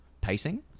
pacing